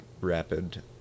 rapid